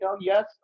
Yes